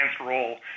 role